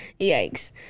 Yikes